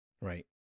right